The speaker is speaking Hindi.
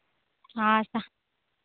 हाँ सा